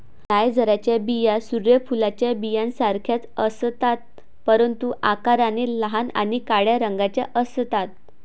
नायजरच्या बिया सूर्य फुलाच्या बियांसारख्याच असतात, परंतु आकाराने लहान आणि काळ्या रंगाच्या असतात